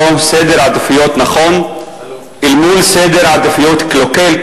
סדר עדיפויות נכון אל מול סדר עדיפויות קלוקל,